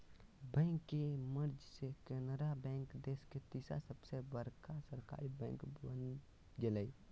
bank के merge से Canara bank देश के तीसर सबसे बड़का सरकारी बैंक बन गेलय